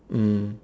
mm